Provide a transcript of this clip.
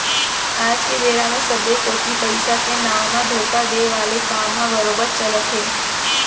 आज के बेरा म सबे कोती पइसा के नांव म धोखा देय वाले काम ह बरोबर चलत हे